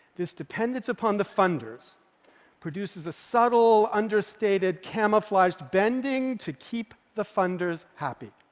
this dependence upon the funders produces a subtle, understated, camouflaged bending to keep the funders happy.